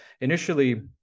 Initially